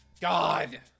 God